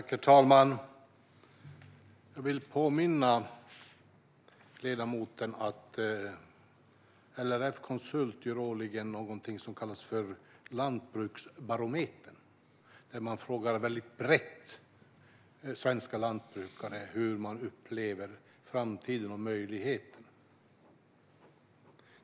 Herr talman! Jag vill påminna ledamoten om att LRF Konsult årligen gör något som kallas Lantbruksbarometern. I den frågar man svenska lantbrukare väldigt brett hur de upplever framtiden och sina möjligheter.